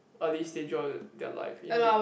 early stager of their life indeed